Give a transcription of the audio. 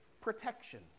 protection